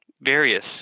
various